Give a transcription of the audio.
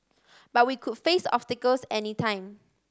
but we could face obstacles any time